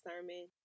sermon